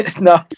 No